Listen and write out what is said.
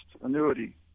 annuity